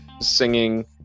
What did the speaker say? singing